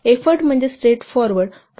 तर एफोर्ट म्हणजे straightforward 2